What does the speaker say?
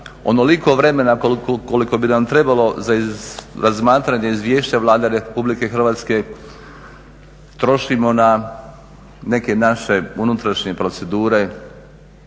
onoliko vremena koliko bi nam trebalo za razmatranje izvješća Vlade RH trošimo na neke naše unutrašnje procedure.